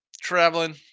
Traveling